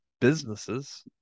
businesses